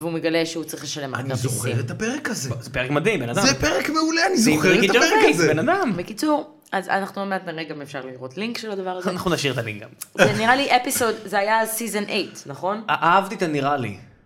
והוא מגלה שהוא צריך לשלם על הכרטיסים.. אני זוכר את הפרק הזה, זה פרק מדהים בן אדם. זה פרק מעולה, אני זוכר את הפרק הזה! בקיצור, אז אנחנו מעט נראה אם גם אפשר לראות לינק של הדבר הזה. אנחנו נשאיר את הלינק גם. נראה לי אפיסוד זה היה season 8 נכון? אהבתי אתה נראה לי.